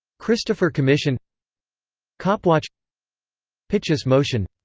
christopher commission copwatch pitchess motion